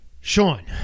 Sean